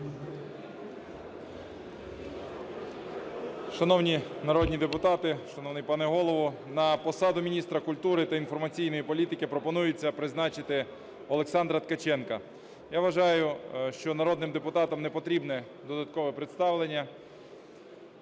Шановні народні депутати, шановний пане Голово! На посаду міністра культури та інформаційної політики пропонується призначити Олександра Ткаченка. Я вважаю, що народним депутатам не потрібне додаткове представлення